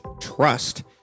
trust